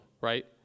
right